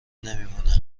نمیمونه